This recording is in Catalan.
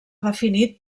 definit